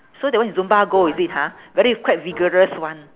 so that one is zumba gold is it ha very quite vigorous [one]